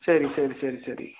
சரி சரி சரி சரி